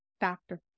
doctor